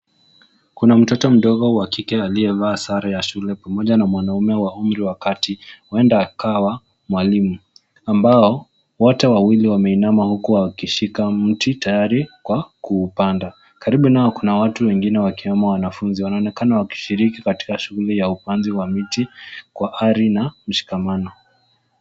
Kuna mtoto mdogo wa kike aliyevaa sare ya shule pamoja na mwanaume wa umri kati huenda akawa mwalimu ambao wote wawili wameinama huku wakishika mti tayari kwa kuupanda. Karibu nao kuna watu wengine wa kiume, wanafunzi wanaonekana wakishiriki katika shughuli ya upanzi wa miti kwa ari na mshikamano.